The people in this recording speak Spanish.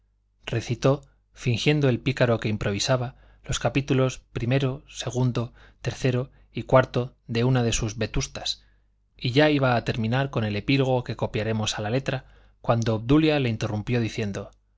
recitó fingiendo el pícaro que improvisaba los capítulos o o o y o de una de sus vetustas y ya iba a terminar con el epílogo que copiaremos a la letra cuando obdulia le interrumpió diciendo